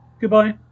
goodbye